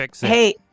Hey